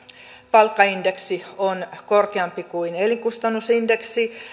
palkkaindeksi on korkeampi kuin elinkustannusindeksi